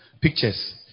pictures